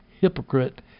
hypocrite